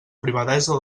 privadesa